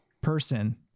person